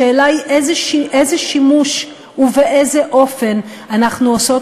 השאלה היא איזה שימוש ובאיזה אופן אנחנו עושות